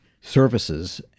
services